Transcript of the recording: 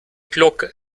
glocke